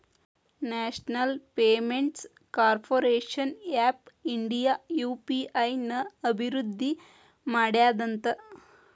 national Payments Corporation of India UPI ನ ಅಭಿವೃದ್ಧಿ ಮಾಡ್ಯಾದಂತ